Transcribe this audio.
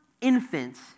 infants